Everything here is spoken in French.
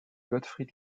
gottfried